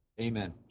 Amen